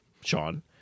Sean